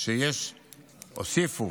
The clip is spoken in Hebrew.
הוסיפו